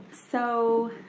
so